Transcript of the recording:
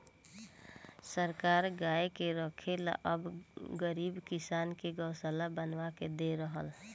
सरकार गाय के रखे ला अब गरीब किसान के गोशाला बनवा के दे रहल